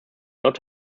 not